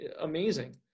amazing